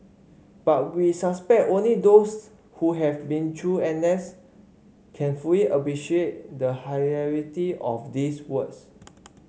but we suspect only those who have been through N S can fully appreciate the hilarity of these words